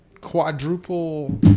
quadruple